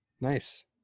Nice